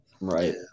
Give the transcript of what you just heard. Right